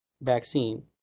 vaccine